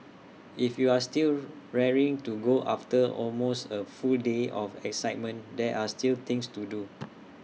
if you are still raring to go after almost A full day of excitement there are still things to do